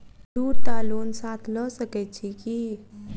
दु टा लोन साथ लऽ सकैत छी की?